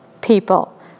people